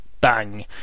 bang